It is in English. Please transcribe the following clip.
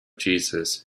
jesus